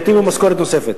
נותנים לו משכורת נוספת,